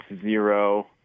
zero